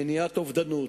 מניעת אובדנות,